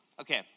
Okay